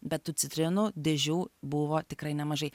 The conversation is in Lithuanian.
bet tu citrinų dėžių buvo tikrai nemažai